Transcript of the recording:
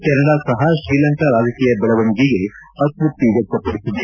Canada ಸಹ ಶ್ರೀಲಂಕಾ ರಾಜಕೀಯ ಬೆಳವಣಿಗೆಗೆ ಅತೃಪ್ತಿ ವ್ಯಕ್ತಪಡಿಸಿದೆ